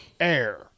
air